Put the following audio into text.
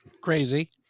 Crazy